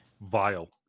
Vile